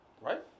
right